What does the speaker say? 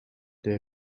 der